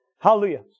Hallelujah